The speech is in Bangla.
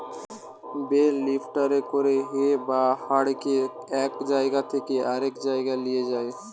বেল লিফ্টারে করে হে বা খড়কে এক জায়গা থেকে আরেক লিয়ে যায়